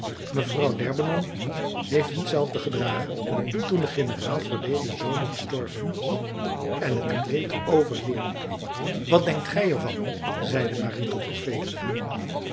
mevrouw derbennon heeft hetzelfde gedragen toen de generaal verleden zomer gestorven was en het kleedt overheerlijk wat denkt gij er van zeide marie tot ophelia